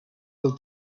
del